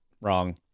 Wrong